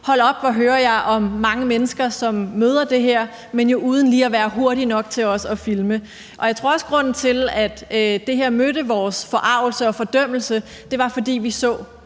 hold op, hvor hører jeg om mange mennesker, som møder det her, men uden lige at være hurtig nok til at filme det. Jeg tror også, at grunden til, at det her blev mødt med vores forargelse og fordømmelse, var, at vi så,